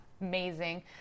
amazing